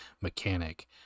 mechanic